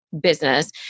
business